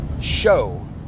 show